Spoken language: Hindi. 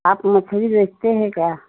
आप मछली बेचते हैं क्या